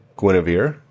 Guinevere